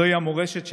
זוהי המורשת שלנו,